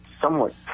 somewhat